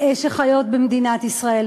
שחיות במדינת ישראל.